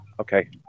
Okay